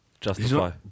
justify